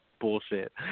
bullshit